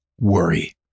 worry